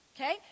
okay